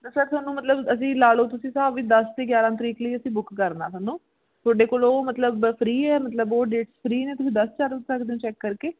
ਤਾਂ ਸਰ ਤੁਹਾਨੂੰ ਮਤਲਬ ਅਸੀਂ ਲਾ ਲਉ ਤੁਸੀਂ ਹਿਸਾਬ ਵੀ ਦਸ ਅਤੇ ਗਿਆਰਾਂ ਤਰੀਕ ਲਈ ਅਸੀਂ ਬੁੱਕ ਕਰਨਾ ਤੁਹਾਨੂੰ ਤੁਹਾਡੇ ਕੋਲ ਉਹ ਮਤਲਬ ਫ੍ਰੀ ਹੈ ਮਤਲਬ ਉਹ ਡੇਟਸ ਫ੍ਰੀ ਨੇ ਤੁਸੀਂ ਦੱਸ ਸਕ ਸਕਦੇ ਹੋ ਚੈੱਕ ਕਰਕੇ